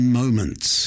moments